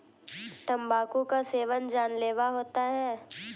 तंबाकू का सेवन जानलेवा होता है